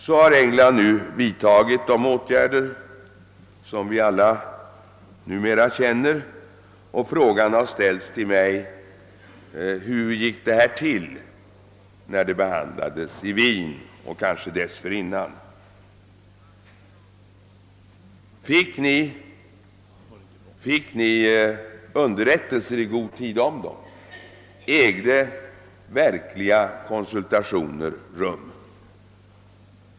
England har alltså vidtagit de åtgärder som vi alla numera känner, och frågan har ställts till mig: Hur gick det till när de behandlades i Wien och kanske dessförinnan? Fick ni underrättelser om dem i god tid, ägde verkliga konsultationer rum?